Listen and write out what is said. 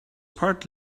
part